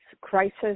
crisis